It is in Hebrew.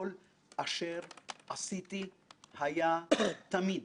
כל אשר עשיתי היה תמיד